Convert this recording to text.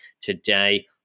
today